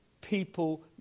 people